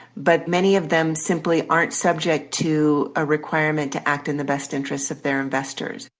but many of them simply aren't subject to a requirement to act in the best interest of their investors.